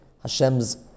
Hashem's